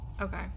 Okay